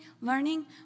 learning